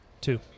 Two